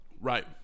right